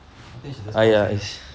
I think we should just pause it lah